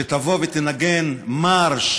שתבוא ותנגן מארש